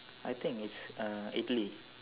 I think it's uh Italy